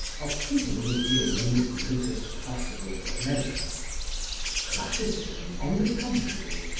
are capable of giving them the greatest possible pleasure classicism, on the contrary,